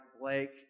Blake